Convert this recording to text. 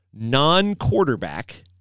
non-quarterback